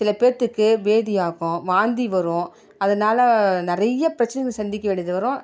சில பேத்துக்கு பேதி ஆகும் வாந்தி வரும் அதனால நிறைய பிரச்சினைகள் சந்திக்க வேண்டியது வரும்